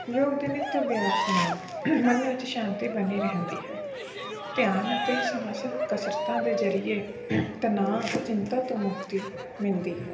ਯੋਗ ਦੇ ਨਿੱਤ ਅਭਿਆਸ ਨਾਲ ਮਨ ਵਿੱਚ ਸ਼ਾਂਤੀ ਬਣੀ ਰਹਿੰਦੀ ਹੈ ਧਿਆਨ ਅਤੇ ਸਾਹਸ ਕਸਰਤ ਦੇ ਜ਼ਰੀਏ ਤਣਾਅ ਅਤੇ ਚਿੰਤਾ ਤੋਂ ਮੁਕਤੀ ਮਿਲਦੀ ਹੈ